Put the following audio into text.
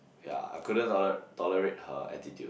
I couldn't tolerate tolerate her attitude